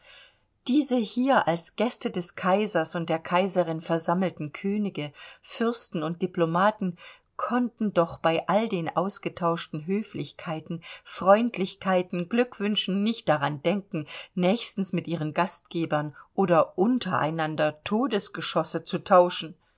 diese hier als gäste des kaisers und der kaiserin versammelten könige fürsten und diplomaten konnten doch bei all den ausgetauschten höflichkeiten freundlichkeiten glückwünschen nicht daran denken nächstens mit ihren gastgebern oder untereinander todesgeschosse zu tauschen